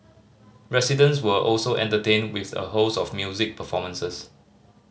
residents were also entertained with a host of music performances